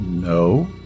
No